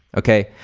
okay?